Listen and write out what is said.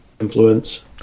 influence